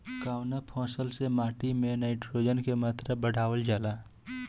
कवना फसल से माटी में नाइट्रोजन के मात्रा बढ़ावल जाला?